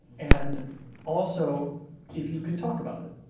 and also if you can talk about it.